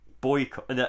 boycott